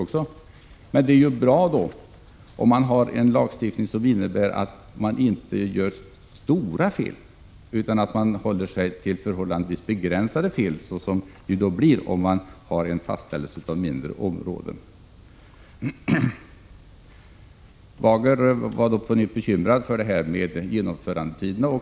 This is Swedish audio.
Men då är det ju bra om man har en lagstiftning som innebär att man inte gör stora fel utan håller sig till relativt begränsade fel — och så blir det om man har en fastställelse av mindre områden. Erling Bager var på nytt bekymrad för detta med genomförandetiderna.